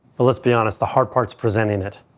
but let's be honest, the hard parts presenting it.